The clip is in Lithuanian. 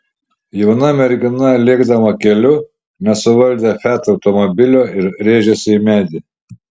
jauna mergina lėkdama keliu nesuvaldė fiat automobilio ir rėžėsi į medį